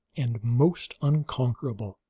and most unconquerable,